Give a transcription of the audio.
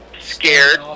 scared